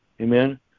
Amen